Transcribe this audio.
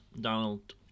donald